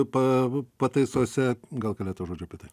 pa pataisose gal keletą žodžių apie tai